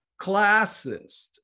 classist